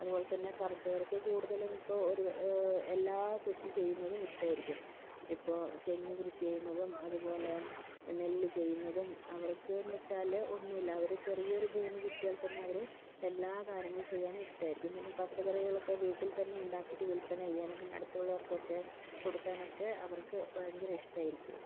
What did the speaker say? അതുപോലെതന്നെ കർഷകർക്ക് കൂടുതലും ഇപ്പോൾ ഒരു എല്ലാ കൃഷി ചെയ്യുന്നതും ഇഷ്ടമായിരിക്കും ഇപ്പോൾ തെങ്ങ് കൃഷി ചെയ്യുന്നതും അതുപോലെ നെല്ല് ചെയ്യുന്നതും അവർക്ക് എന്ന് വെച്ചാൽ ഒരു ചെറിയൊരു ഭൂമി കിട്ടിയാൽ തന്നെ അവർ എല്ലാ കാര്യങ്ങളും ചെയ്യാൻ ഇഷ്ടമായിരിക്കും പിന്നെ പച്ചക്കറികളൊക്കെ വീട്ടിൽ തന്നെ ഉണ്ടാക്കിയിട്ട് വിൽപ്പന ചെയ്യാനും പിന്നെ അടുത്തുള്ളവർക്കൊക്കെ കൊടുക്കാനൊക്കെ അവർക്ക് ഭയങ്കര ഇഷ്ടമായിരിക്കും